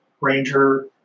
ranger